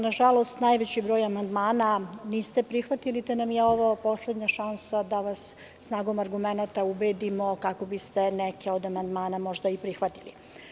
Nažalost, najveći deo amandmana niste prihvatili te nam je ovo poslednja šansa da vas snagom argumenata ubedimo kako biste neke od amandmana možda i prihvatili.